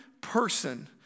person